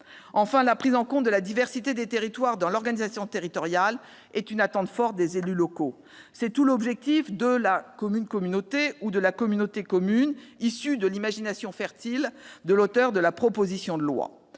La prise en compte de la diversité des territoires dans l'organisation territoriale est une attente forte des élus locaux. C'est tout l'objet de la « commune-communauté » ou « communauté-commune » issue de l'imagination fertile de l'auteur de la proposition de loi.